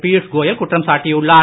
பீயுஷ் கோயல் குற்றம் சாட்டியுள்ளார்